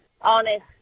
honest